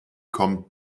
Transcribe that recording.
kommt